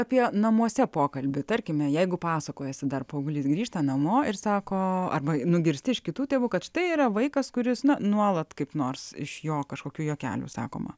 apie namuose pokalbį tarkime jeigu pasakojasi dar paauglys grįžta namo ir sako arba nugirsti iš kitų tėvų kad štai yra vaikas kuris na nuolat kaip nors iš jo kažkokių juokelių sakoma